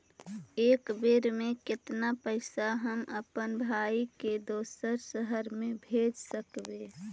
एक बेर मे कतना पैसा हम अपन भाइ के दोसर शहर मे भेज सकबै?